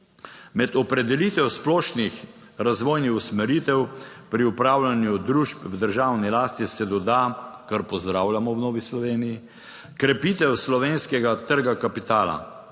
Med opredelitev splošnih razvojnih usmeritev pri upravljanju družb v državni lasti se doda, kar pozdravljamo v Novi Sloveniji, krepitev slovenskega trga kapitala,